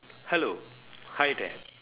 hello hi there